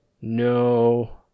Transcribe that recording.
No